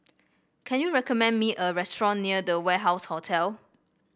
can you recommend me a restaurant near The Warehouse Hotel